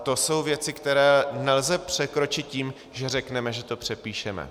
To jsou věci, které nelze překročit tím, že řekneme, že to přepíšeme.